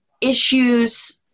issues